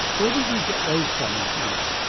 where would we get those from and how?